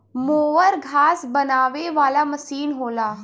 mower घास बनावे वाला मसीन होला